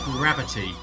gravity